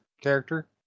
character